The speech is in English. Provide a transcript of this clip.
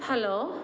hello